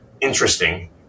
interesting